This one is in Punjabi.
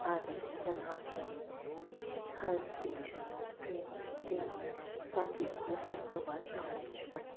ਆਦਿ ਲਗਾ ਕੇ ਹਰ ਟੀਚਰ ਨੂੰ ਟਰੇਨਿੰਗ ਦੇਣ ਤਾਂ ਕਿ ਉਹ ਵੱਧ ਤੋਂ ਵੱਧ ਨੌਲੇਜ ਵੰਡਣ